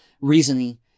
reasoning